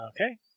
Okay